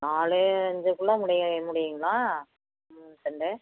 நாலு அஞ்சுக்குள்ள முடியு முடியுங்களா செண்டு